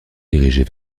dirigée